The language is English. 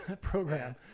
program